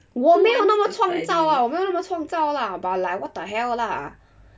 我没有那么创造啦我没有那么创造啦 but like what the hell lah